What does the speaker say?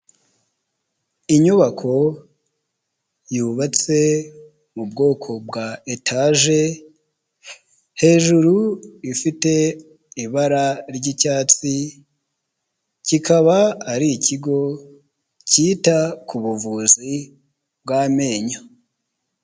Inyubako yubatse mu bwoko bwa etaje hejuru ifite ibara ry'icyatsi kikaba ari ikigo cyita ku buvuzi bw'amenyo.